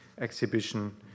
exhibition